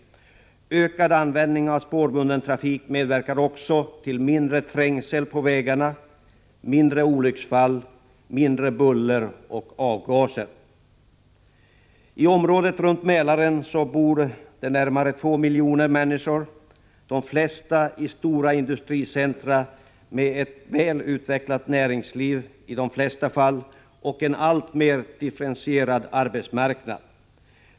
Ökad användning av spårbunden trafik medverkar också till mindre trängsel på vägarna, färre olycksfall, mindre buller och avgaser. I området runt Mälaren bor närmare 2 miljoner människor, de flesta i stora industricentra med ett väl utvecklat näringsliv och en alltmer differentierad arbetsmarknad.